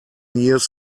years